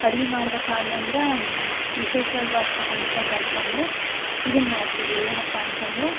ಅಡುಗೆ ಮಾಡ್ಬೇಕಾದೆನಂದ್ರ ವಿಶೇಷ್ವಾಗಿ ಬಳಸ್ತಕ್ಕಂಥದ್ ಅಂತಂದ್ರೆ ಇದನ್ನ ಮಾಡ್ತೀವಿ ಏನಪ್ಪಾ ಅಂತಂದ್ರೆ